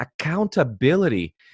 Accountability